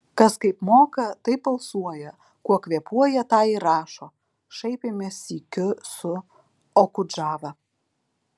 kas kaip moka taip alsuoja kuo kvėpuoja tą ir rašo šaipėmės sykiu su okudžava